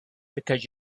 because